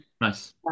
nice